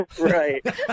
Right